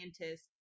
scientists